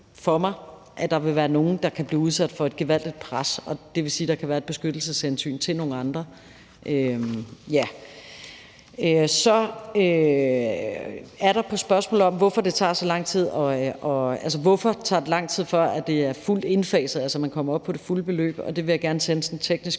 for mig, at der vil være nogle, der kan blive udsat for et gevaldigt pres. Det vil sige, at der kan være et beskyttelseshensyn i forhold til nogle. Så er der spørgsmålet om, hvorfor det tager så lang tid, før det er fuldt indfaset og man kommer op på det fulde beløb. Det vil jeg gerne oversende en teknisk